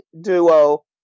duo